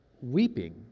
weeping